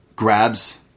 Grabs